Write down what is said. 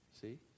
See